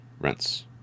rents